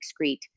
excrete